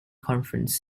conference